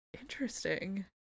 Interesting